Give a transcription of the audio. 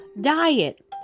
diet